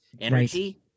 energy